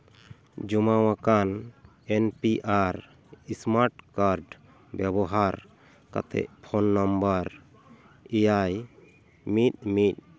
ᱡᱚᱢᱟᱣᱟᱠᱟᱱ N P R smart card ᱵᱮᱵᱚᱦᱟᱨ ᱠᱟᱛᱮᱫ phone number ᱮᱭᱟᱭ ᱢᱤᱫ ᱢᱤᱫ